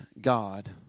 God